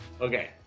Okay